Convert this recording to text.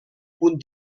punt